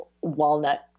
Walnut